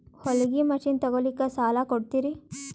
ಹೊಲಗಿ ಮಷಿನ್ ತೊಗೊಲಿಕ್ಕ ಸಾಲಾ ಕೊಡ್ತಿರಿ?